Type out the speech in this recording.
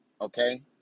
Okay